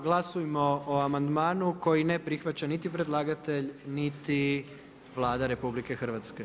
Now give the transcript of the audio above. Glasujmo o amandmanu koji ne prihvaća niti predlagatelj niti Vlada RH.